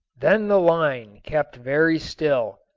then the line kept very still,